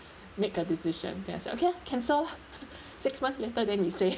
make a decision then I said okay lah cancel lah six month later then we say